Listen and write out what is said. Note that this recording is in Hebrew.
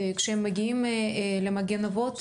כשהם מגיעים למוסדות מגן אבות,